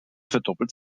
verdoppelt